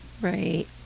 Right